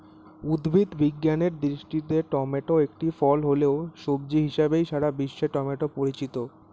উদ্ভিদ বিজ্ঞানের দৃষ্টিতে টমেটো একটি ফল হলেও, সবজি হিসেবেই সারা বিশ্বে টমেটো পরিচিত